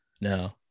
no